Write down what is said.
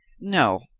no,